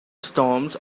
storms